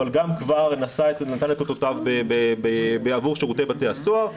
אבל גם כבר נתן את אותותיו בעבור שירות בתי הסוהר.